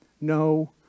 No